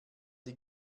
die